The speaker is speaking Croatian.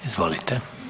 Izvolite.